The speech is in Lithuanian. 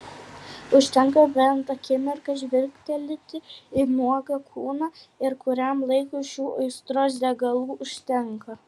užtenka bent akimirką žvilgtelėti į nuogą kūną ir kuriam laikui šių aistros degalų užtenka